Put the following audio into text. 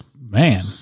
Man